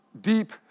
deep